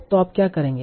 तो आप क्या करेंगे